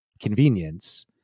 convenience